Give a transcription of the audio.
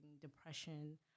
depression